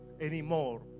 anymore